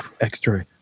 extra